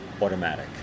automatic